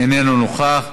איננו נוכח.